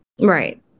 right